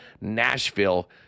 Nashville